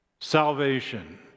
salvation